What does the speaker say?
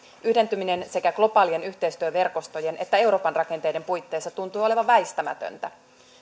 yhdentyminen sekä globaalien yhteistyöverkostojen että euroopan rakenteiden puitteissa tuntui olevan väistämätöntä